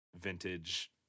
vintage